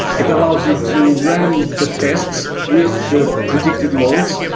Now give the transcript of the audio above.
it allows you to run the tests with the predicted loads.